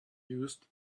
used